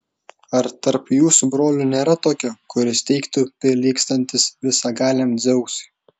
ar tarp jūsų brolių nėra tokio kuris teigtų prilygstantis visagaliam dzeusui